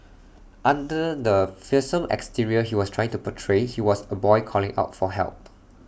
under the fearsome exterior he was trying to portray he was A boy calling out for help